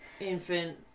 infant